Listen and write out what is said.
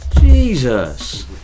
Jesus